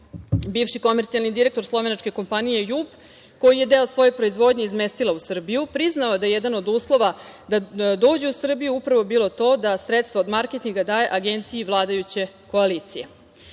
bivši komercijalni direktor slovenačke kompanije „Jug“ koji je deo svoje proizvodnje izmestila u Srbiju, priznao je da je jedan od uslova da dođu u Srbiju upravo bio taj da sredstva od marketinga daje agenciji vladajuće koalicije. Dakle,